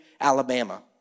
Alabama